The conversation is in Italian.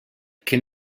che